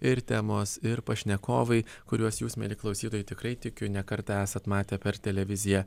ir temos ir pašnekovai kuriuos jūs mieli klausytojai tikrai tikiu ne kartą esat matę per televiziją